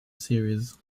series